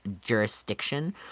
jurisdiction